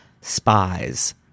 spies